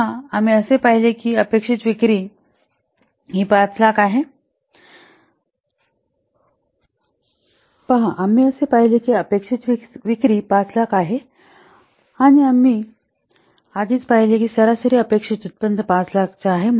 पहा आम्ही असे पाहिले की अपेक्षित विक्री 500000 आहे आम्ही आधीच पाहिले आहे सरासरी अपेक्षित उत्पन्न 500000 चे आहे